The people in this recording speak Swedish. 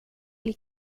bli